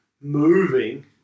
Moving